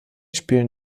spielen